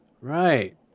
Right